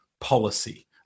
policy